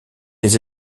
les